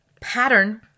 Pattern